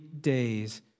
days